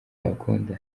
byakunda